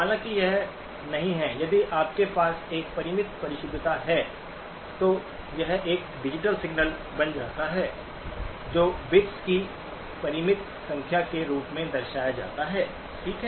हालांकि यह नहीं है यदि आपके पास एक परिमित परिशुद्धता है तो यह एक डिजिटल सिग्नल बन जाता है जो बिट्स की परिमित संख्या के रूप में दर्शाया जाता है ठीक है